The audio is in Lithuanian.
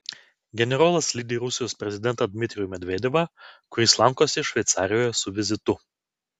generolas lydi rusijos prezidentą dmitrijų medvedevą kuris lankosi šveicarijoje su vizitu